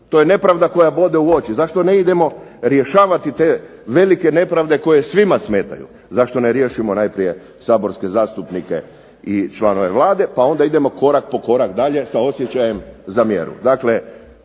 To je nepravda koja bode u oči. Zašto ne idemo rješavati te velike nepravde koje svima smetaju? Zašto ne riješimo najprije saborske zastupnike i članove Vlade, pa onda idemo korak po korak dalje sa osjećajem za mjeru.